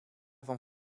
van